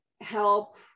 help